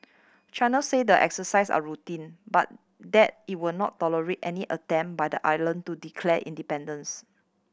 China say the exercises are routine but that it will not tolerate any attempt by the island to declare independence